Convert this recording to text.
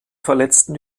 verletzten